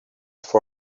for